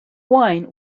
wine